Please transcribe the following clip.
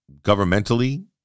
governmentally